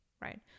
right